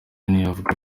avuga